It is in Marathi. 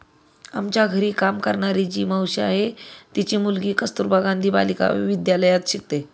आमच्या घरी काम करणारी जी मावशी आहे, तिची मुलगी कस्तुरबा गांधी बालिका विद्यालयात शिकते